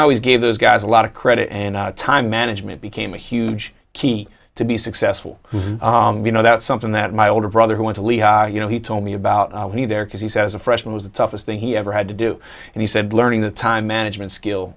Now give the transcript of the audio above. i always gave those guys a lot of credit and time management became a huge key to be successful you know that's something that my older brother who want to leave you know he told me about me there because he says a freshman was the toughest thing he ever had to do and he said learning the time management skill